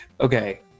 Okay